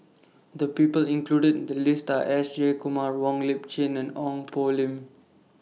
The People included in The list Are S Jayakumar Wong Lip Chin and Ong Poh Lim